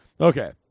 Okay